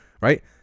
right